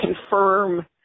confirm